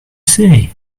say